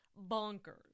bonkers